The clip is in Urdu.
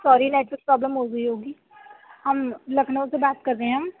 سوری نیٹ ورک پرابلم ہو رہی ہوگی ہم لکھنؤ سے بات کر رہے ہیں ہم